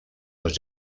los